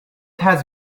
has